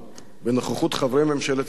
בנוכחות חברי ממשלת ישראל,